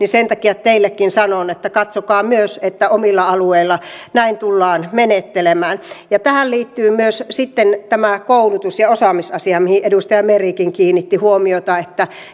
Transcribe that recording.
sen takia teillekin sanon että katsokaa myös että omilla alueillanne näin tullaan menettelemään tähän liittyy sitten myös tämä koulutus ja osaamisasia mihin edustaja merikin kiinnitti huomiota että